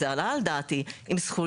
דווקא בגלל שעבדתי עם אנשים